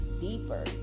deeper